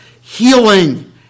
healing